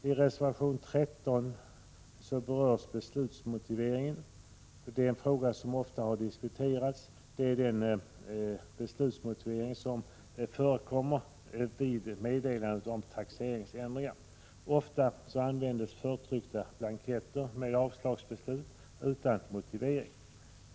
I reservation 13 berörs beslutsmotiveringen. En fråga som ofta diskuteras är den beslutsmotivering som förekommer vid meddelande om taxeringsändringar. Ofta används förtryckta blanketter med avslagsbeslut — utan motivering.